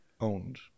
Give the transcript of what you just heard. owned